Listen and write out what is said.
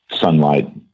sunlight